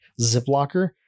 Ziplocker